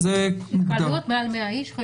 בהתקהלות מעל 100 איש.